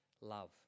love